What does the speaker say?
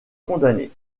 condamnés